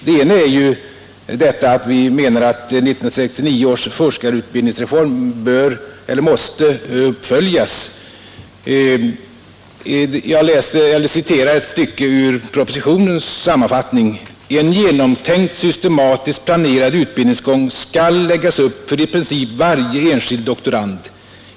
Det ena är att vi menar att 1969 års forskarutbildningsreform måste uppföljas. Jag citerar ett stycke ur propositionens sammanfattning: ”En genomtänkt, systematiskt planerad utbildningsgång skall läggas upp för i princip varje enskild doktorand.